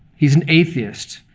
he's an atheist.